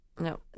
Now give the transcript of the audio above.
No